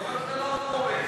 אתה אומר שאתה לא רומז.